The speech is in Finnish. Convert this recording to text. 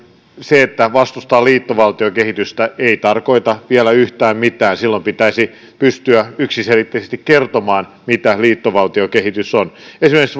se että vastustaa liittovaltiokehitystä ei tarkoita vielä yhtään mitään silloin pitäisi pystyä yksiselitteisesti kertomaan mitä liittovaltiokehitys on esimerkiksi